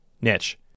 niche